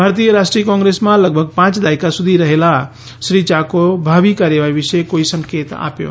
ભારતીય રાષ્ટ્રીય કોંગ્રેસમાં લગભગ પાંચ દાયકા સુધી સાથે રહેલા શ્રી યાકોએ ભાવિ કાર્યવાહી વિશે કોઈ સંકેત આપ્યો નથી